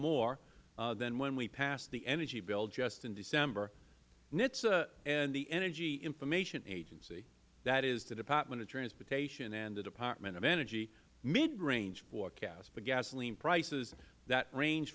more than when we passed the energy bill just in december nhtsa and the energy information agency that is the department of transportation and the department of energy midrange forecast for gasoline prices that range